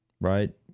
Right